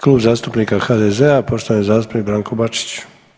Klub zastupnika HDZ-a poštovani zastupnik Branko Bačić.